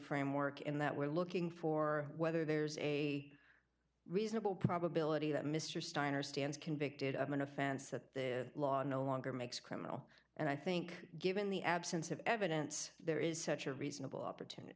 framework in that we're looking for whether there's a reasonable probability that mr steiner stands convicted of an offense that the law is no longer makes criminal and i think given the absence of evidence there is such a reasonable opportunity